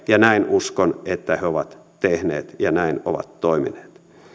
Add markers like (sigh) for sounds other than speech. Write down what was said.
(unintelligible) ja näin uskon että he ovat tehneet ja toimineet